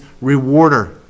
rewarder